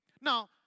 Now